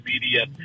Media